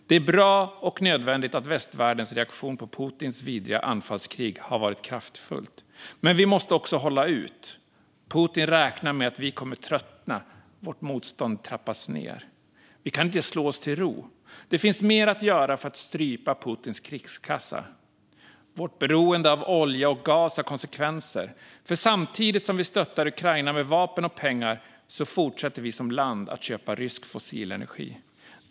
Det är bra och nödvändigt att västvärldens reaktion på Putins vidriga anfallskrig har varit kraftfullt, men vi måste också hålla ut. Putin räknar med att vi kommer att tröttna och att vårt motstånd trappas ned. Vi kan inte slå oss till ro. Det finns mer att göra för att strypa Putins krigskassa. Vårt beroende av olja och gas har konsekvenser. För samtidigt som vi stöttar Ukraina med vapen och pengar fortsätter vi som land att köpa rysk fossilenergi.